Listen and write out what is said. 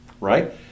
right